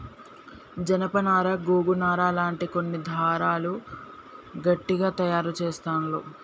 జానప నారా గోగు నారా లాంటి కొన్ని దారాలు గట్టిగ తాయారు చెస్తాండ్లు